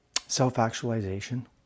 Self-actualization